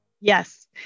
yes